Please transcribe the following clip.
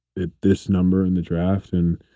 at this number in the draft. and